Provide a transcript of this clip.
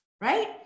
right